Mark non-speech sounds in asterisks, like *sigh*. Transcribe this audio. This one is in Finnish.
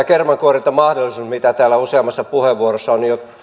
*unintelligible* kermankuorintamahdollisuus mitä täällä useammassa puheenvuorossa on jo